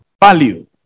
value